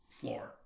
floor